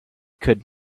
could